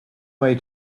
way